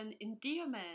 endearment